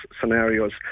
scenarios